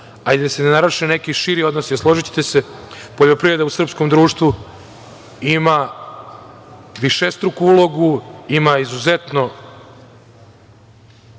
a i da se ne naruše neki širi odnosi. Složićete se da poljoprivreda u srpskom društvu ima višestruku ulogu, ima izuzetno